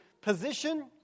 position